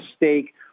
mistake